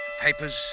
papers